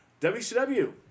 WCW